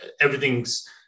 everything's